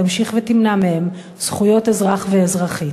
תמשיך ותמנע מהם זכויות אזרח ואזרחית?